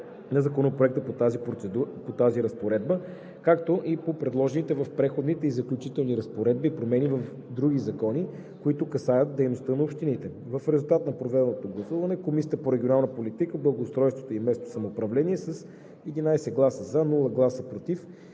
за Законопроекта по тази разпоредба, както и по предложените в Преходните и заключителните разпоредби промени в други закони, които касаят дейността на общините. В резултат на проведеното гласуване Комисията по регионална политика, благоустройство и местно самоуправление с: 11 гласа „за“, без „против“